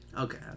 Okay